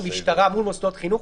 המשטרה מול מוסדות חינוך,